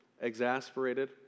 exasperated